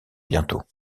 bientôt